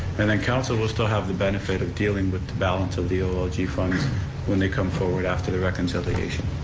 and then council will still have the benefit of dealing with balance of the olg funds when they come forward after the reconciliation.